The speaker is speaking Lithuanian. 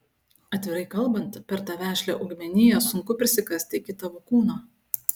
atvirai kalbant per tą vešlią augmeniją sunku prisikasti iki tavo kūno